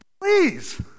please